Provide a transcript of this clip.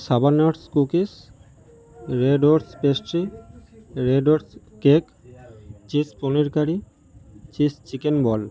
সাবান oats cookies red oats pastry red oats cake cheese paneer curry cheese chicken বল